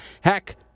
Heck